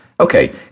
Okay